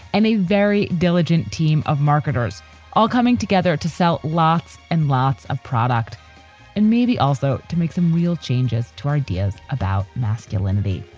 and a very diligent team of marketers all coming together to sell lots and lots of product and maybe also to make some real changes to our ideas about masculinity.